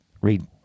read